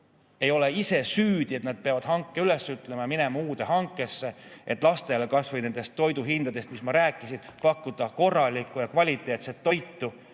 ei ole ise süüdi, et nad peavad hanke üles ütlema ja minema uude hankesse, et lastele – nendest toiduhindadest, mis ma rääkisin – pakkuda korralikku ja kvaliteetset toitu,